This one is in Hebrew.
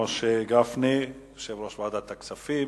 משה גפני, יושב-ראש ועדת הכספים,